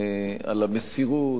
על המסירות,